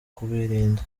kubirinda